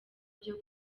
byo